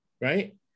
right